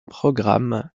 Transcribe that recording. programme